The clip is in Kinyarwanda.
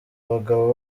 abagabo